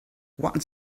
what